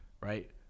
Right